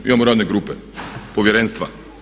Mi imamo radne grupe, povjerenstva.